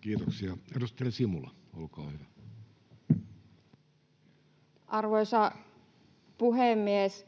Kiitoksia. — Edustaja Simula, olkaa hyvä. Arvoisa puhemies!